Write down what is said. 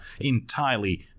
entirely